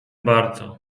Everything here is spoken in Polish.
bardzo